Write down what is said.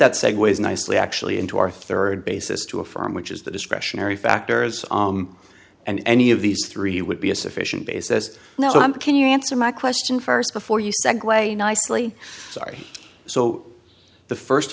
that segues nicely actually into our third basis to affirm which is the discretionary factors and any of these three would be a sufficient basis now when can you answer my question first before you segue nicely sorry so the first